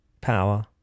power